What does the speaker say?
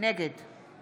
נגד